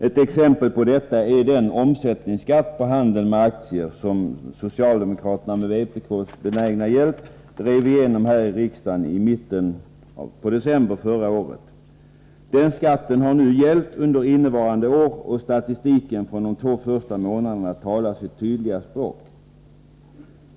Ett exempel på detta är den omsättningsskatt på handeln med aktier som ni socialdemokrater med vpk:s benägna hjälp drev igenom här i riksdagen i mitten av december förra året. Den skatten har nu gällt under innevarande år, och statistiken från de två första månaderna talar sitt tydliga språk.